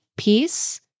Peace